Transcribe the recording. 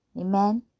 Amen